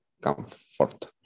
comfort